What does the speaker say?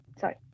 sorry